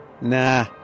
nah